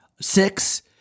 six